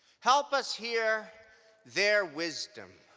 help us hear their wisdom.